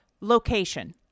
location